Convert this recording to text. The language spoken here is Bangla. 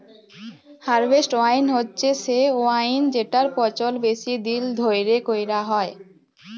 হারভেস্ট ওয়াইন হছে সে ওয়াইন যেটর পচল বেশি দিল ধ্যইরে ক্যইরা হ্যয়